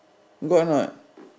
got or not